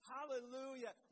Hallelujah